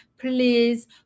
please